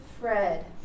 Fred